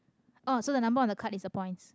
oh so the number of the carts is the points